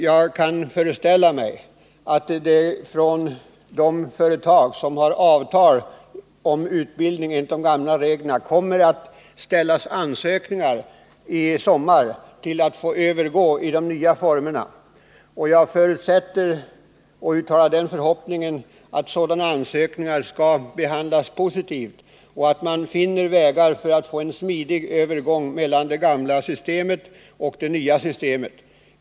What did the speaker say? Jag föreställer mig att det från de företag som har avtal om utbildning enligt de gamla reglerna kommer att lämnas ansökningar i sommar om att få övergå till de nya formerna. Jag vill uttala den förhoppningen att sådana ansökningar skall behandlas positivt och att man finner vägar för en smidig övergång från det gamla systemet till det nya.